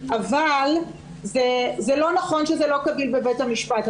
אבל זה לא נכון שזה לא קביל בבית המשפט.